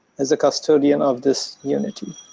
as a custodian of this unity.